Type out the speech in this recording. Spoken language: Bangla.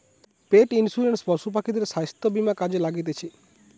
পেট ইন্সুরেন্স পশু পাখিদের স্বাস্থ্য বীমা কাজে লাগতিছে